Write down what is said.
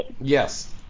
Yes